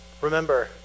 Remember